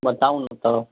बताउ ने तऽ